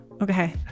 Okay